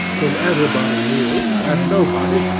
whom everybody knew, and nobody,